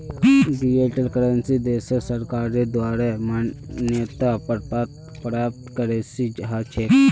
digital currency देशेर सरकारेर द्वारे मान्यता प्राप्त करेंसी ह छेक